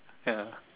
ya